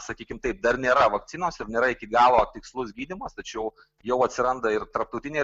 sakykim taip dar nėra vakcinos ir nėra iki galo tikslus gydymas tačiau jau atsiranda ir tarptautinė